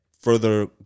further